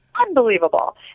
Unbelievable